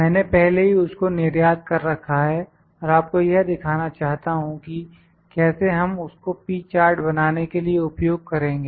मैंने पहले ही उसको निर्यात कर रखा है और आपको यह दिखाना चाहता हूं कि कैसे हम उसको P चार्ट बनाने के लिए उपयोग करेंगे